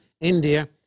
India